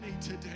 today